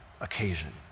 occasion